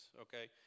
okay